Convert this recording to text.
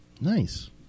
Nice